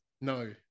No